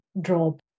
drop